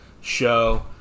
show